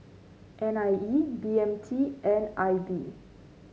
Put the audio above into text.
N I E B M T and I B